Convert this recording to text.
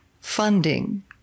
funding